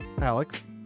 Alex